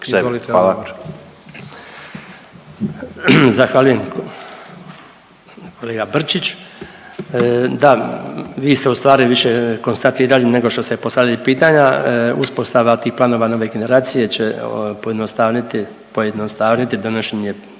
Branko (HDZ)** Zahvaljujem kolega Brčić. Da, vi ste ustvari više konstatirali nego što ste postavili pitanja. Uspostava tih planova nove generacije će pojednostavniti,